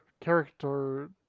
character